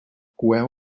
coeu